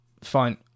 fine